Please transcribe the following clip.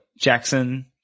Jackson